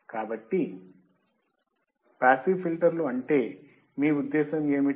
కాబట్టి పాసివ్ ఫిల్టర్లు అంటే మీ ఉద్దేశ్యం ఏమిటి